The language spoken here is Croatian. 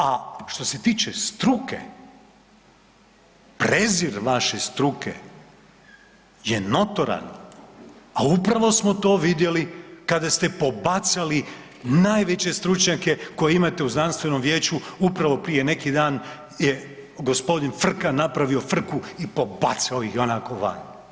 A što se tiče struke, prezir vaše struke je notoran, a upravo smo to vidjeli kada ste pobacali najveće stručnjake koje imate u Znanstvenom vijeću upravo prije neki dan je gospodin Frka napravio frku i pobacao ih onako van.